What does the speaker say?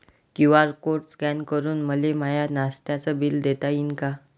QR code scan करून मले माय नास्त्याच बिल देता येईन का?